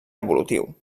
evolutiu